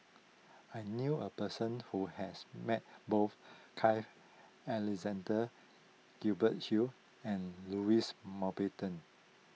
I knew a person who has met both Carl Alexander Gibson Hill and Louis Mountbatten